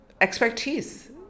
expertise